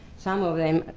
some of them,